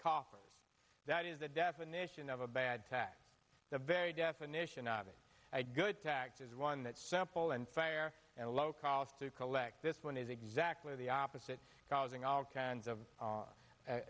coffers that is the definition of a bad tax the very definition of a good tax is one that simple and fair and low cost to collect this one is exactly the opposite causing all kinds of